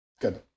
Good